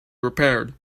repaired